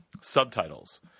subtitles